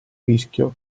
rischio